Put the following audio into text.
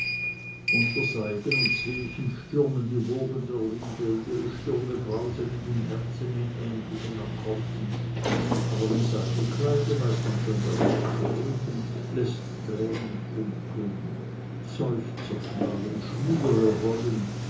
seiden und zwilchen stürmen die wogen der liebe und ihre stürme brausen in den herzen in ähnlichen akkorden aber im seidenkleide weiß man schön darüber zu reden läßt tränen funkeln seufzer knallen schwüre rollen